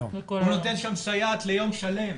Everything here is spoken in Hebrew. הוא נותן שם סייעת ליום שלם.